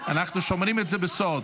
אנחנו שומרים את זה בסוד.